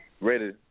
Ready